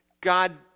God